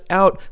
out